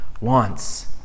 wants